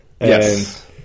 Yes